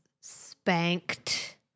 spanked